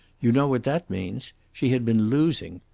you know what that means. she had been losing.